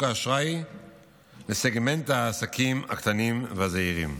האשראי לסגמנט העסקים הקטנים והזעירים.